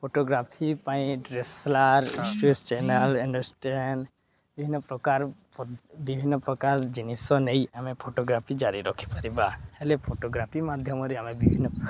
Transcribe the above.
photography ପାଇଁ D S L R news channel and stand ବିଭିନ୍ନ ପ୍ରକାର ବିଭିନ୍ନ ପ୍ରକାର ଜିନିଷ ନେଇ ଆମେ ଫଟୋଗ୍ରାଫି ଜାରି ରଖିପାରିବା ହେଲେ ଫଟୋଗ୍ରାଫି ମାଧ୍ୟମରେ ଆମେ ବିଭିନ୍ନ